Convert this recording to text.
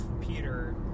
Peter